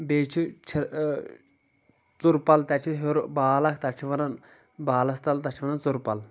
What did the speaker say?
بیٚیہِ چھِ چِھر ژُر پل تتہِ چھُ ہیوٚر بال اکھ تتھ چھِ ونان بالس تل تتھ چھِ ونان ژُرپل